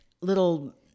little